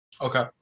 Okay